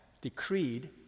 decreed